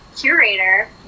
curator